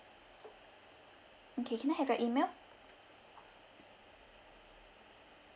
okay can I have your email